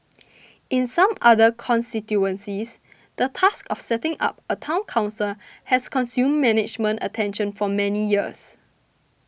in some other constituencies the task of setting up a Town Council has consumed management attention for many years